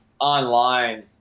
online